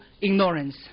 ignorance